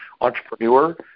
entrepreneur